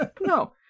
No